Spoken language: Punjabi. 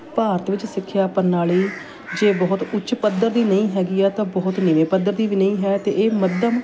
ਭਾਰਤ ਵਿੱਚ ਸਿੱਖਿਆ ਪ੍ਰਣਾਲੀ ਜੇ ਬਹੁਤ ਉੱਚ ਪੱਧਰ ਦੀ ਨਹੀਂ ਹੈਗੀ ਹੈ ਤਾਂ ਬਹੁਤ ਨੀਵੇਂ ਪੱਧਰ ਦੀ ਨਹੀਂ ਹੈ ਅਤੇ ਇਹ ਮੱਧਮ